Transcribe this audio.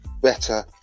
better